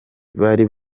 bari